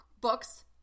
books